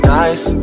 nice